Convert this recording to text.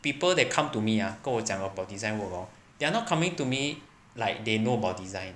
people that come to me ah 跟我讲 about this design work orh they are not coming to me like they know about design